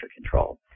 control